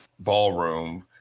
ballroom